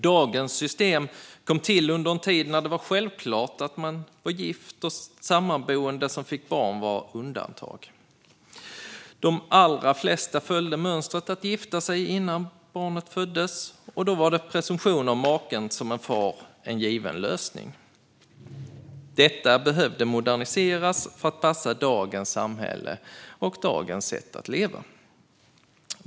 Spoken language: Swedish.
Dagens system kom till under en tid när det var självklart att man var gift, och sammanboende som fick barn var undantag. De allra flesta följde mönstret att gifta sig innan barnet föddes, och då var presumtion av maken som far en given lösning. Detta behövde moderniseras för att passa dagens samhälle och dagens sätt leva.